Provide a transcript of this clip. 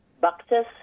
boxes